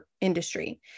industry